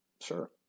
Sure